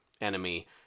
enemy